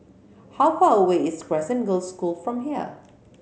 how far away is Crescent Girls' School from here